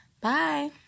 Bye